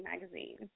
Magazine